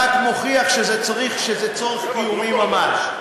רק מוכיח שזה צורך קיומי ממש.